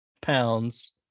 pounds